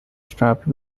strap